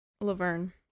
Laverne